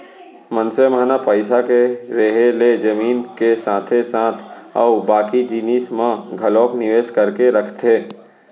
मनसे मन ह पइसा के रेहे ले जमीन के साथे साथ अउ बाकी जिनिस म घलोक निवेस करके रखथे